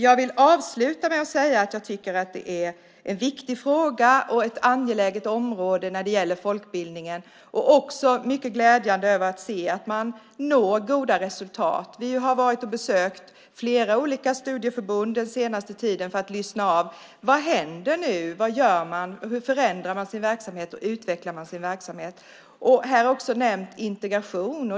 Jag vill avsluta med att säga att jag tycker att folkbildningen är en viktig fråga och ett angeläget område. Det är mycket glädjande att se att man når goda resultat. Vi har den senaste tiden besökt flera olika studieförbund för att höra vad som händer, hur man förändrar och utvecklar sin verksamhet. Även integration har nämnts i debatten.